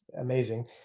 amazing